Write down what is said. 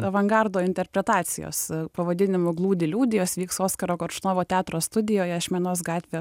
avangardo interpretacijos pavadinimu glūdi liūdi jos vyks oskaro koršunovo teatro studijoje ašmenos gatvė